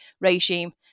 regime